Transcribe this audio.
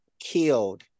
killed